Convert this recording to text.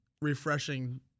refreshing